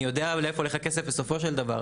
אני יודע לאן הולך הכסף בסופו של דבר,